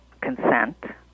consent